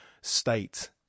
state